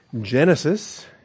Genesis